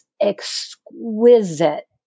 exquisite